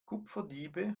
kupferdiebe